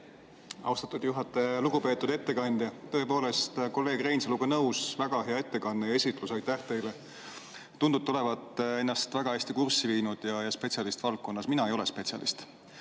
Austatud juhataja! Lugupeetud ettekandja! Tõepoolest, kolleeg Reinsaluga nõus, oli väga hea ettekanne ja esitlus. Aitäh teile! Tundub, et te olete ennast väga hästi kurssi viinud ja spetsialist valdkonnas. Mina ei ole spetsialist.